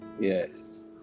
Yes